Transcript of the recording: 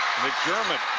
mcdermott.